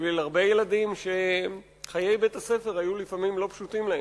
בשביל הרבה ילדים שחיי בית-הספר היו לפעמים לא פשוטים להם.